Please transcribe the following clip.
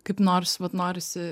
kaip nors vat norisi